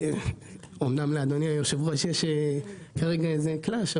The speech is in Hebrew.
אמנם לאדוני היו"ר יש כרגע איזה קלאש,